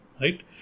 Right